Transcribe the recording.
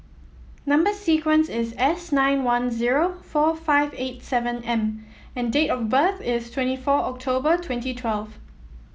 number sequence is S nine one zero four five eight seven M and date of birth is twenty four October twenty twelve